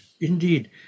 Indeed